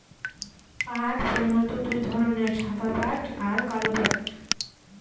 পাট প্রধানত দু ধরনের সাদা পাট আর কালো পাট